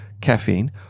caffeine